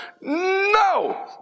No